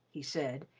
he said,